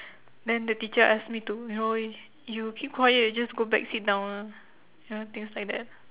then the teacher ask me to no you keep quiet just go back sit down ah ya things like that